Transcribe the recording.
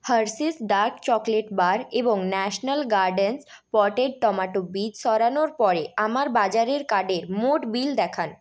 Hershey's dark chocolate bar এবং national gardens potted tomato বীজ সরানোর পরে আমার বাজারের কার্ডে মোট বিল দেখান